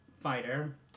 Fighter